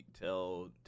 tell